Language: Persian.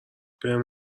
بهم